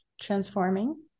transforming